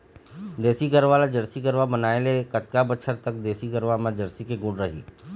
देसी गरवा ला जरसी गरवा बनाए ले कतका बछर तक देसी गरवा मा जरसी के गुण रही?